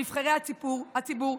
נבחרי הציבור,